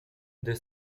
the